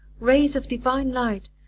rays of divine light,